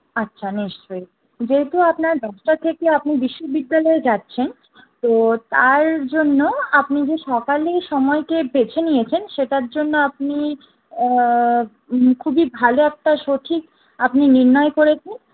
আচ্ছা নিশ্চয়ই যেহেতু আপনার দশটা থেকে আপনি বিশ্ববিদ্যালয়ে যাচ্ছেন তো তার জন্য আপনি যে সকালেই সময়কে বেছে নিয়েছেন সেটার জন্য আপনি খুবই ভালো একটা সঠিক আপনি নির্ণয় করেছেন